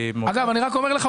אני רק אומר לך,